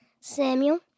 Samuel